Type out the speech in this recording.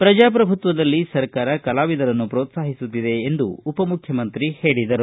ಪ್ರಜಾಪ್ರಭುತ್ವದಲ್ಲಿ ಸರ್ಕಾರ ಕಲಾವಿದರನ್ನು ಪ್ರೋತ್ಸಾಹಿಸುತ್ತಿದೆ ಎಂದು ಉಪಮುಖ್ಯಮಂತ್ರಿ ಹೇಳಿದರು